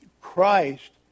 Christ